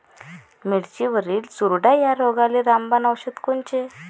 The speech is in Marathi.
मिरचीवरील चुरडा या रोगाले रामबाण औषध कोनचे?